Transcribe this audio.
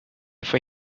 for